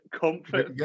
comfort